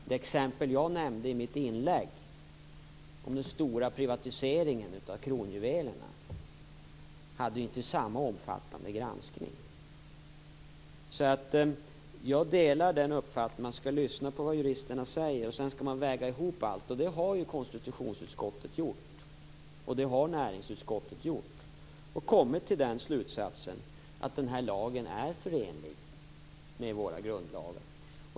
Det exempel jag nämnde tidigare om den stora privatiseringen av kronjuvelerna hade inte samma omfattande granskning. Jag delar uppfattningen att man skall lyssna på vad juristerna säger och sedan väga ihop allt. Det har konstitutionsutskottet och näringsutskottet gjort, och man har kommit till slutsatsen att lagen är förenlig med våra grundlagar.